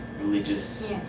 religious